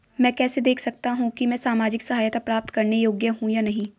मैं कैसे देख सकता हूं कि मैं सामाजिक सहायता प्राप्त करने योग्य हूं या नहीं?